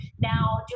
now